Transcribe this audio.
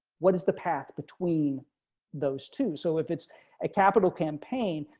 what is the path between those two. so if it's a capital campaign.